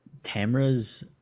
Tamra's